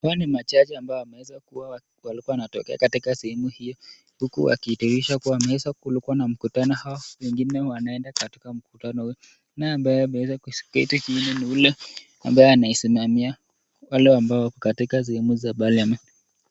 Hawa ni majaji ambao wanaweza kuwa wanatokea katika sehemu hiyo wakiwa wakiidhinisha kuwa wameweza kukua na mkutano au wengine wanaenda katika mkutano. Naye ambaye aliyeweza kuketi chini ni ule ambaye anayesimamia wale ambao wako katika sehemu za Parliament .